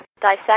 dissect